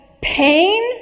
pain